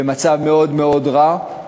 במצב מאוד מאוד רע.